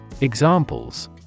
Examples